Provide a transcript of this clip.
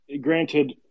Granted